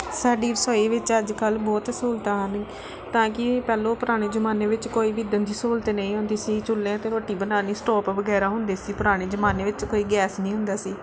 ਸਾਡੀ ਰਸੋਈ ਵਿੱਚ ਅੱਜ ਕੱਲ੍ਹ ਬਹੁਤ ਸਹੂਲਤਾਂ ਹਨ ਤਾਂ ਕਿ ਪਹਿਲਾਂ ਉਹ ਪੁਰਾਣੇ ਜ਼ਮਾਨੇ ਵਿੱਚ ਕੋਈ ਵੀ ਇੱਦਾਂ ਦੀ ਸਹੂਲਤ ਨਹੀਂ ਹੁੰਦੀ ਸੀ ਚੁੱਲ੍ਹੇ 'ਤੇ ਰੋਟੀ ਬਣਾਉਣੀ ਸਟੋਪ ਵਗੈਰਾ ਹੁੰਦੇ ਸੀ ਪੁਰਾਣੇ ਜ਼ਮਾਨੇ ਵਿੱਚ ਕੋਈ ਗੈਸ ਨਹੀਂ ਹੁੰਦਾ ਸੀ